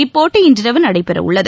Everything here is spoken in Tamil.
இப்போட்டி இன்றிரவு நடைபெற உள்ளது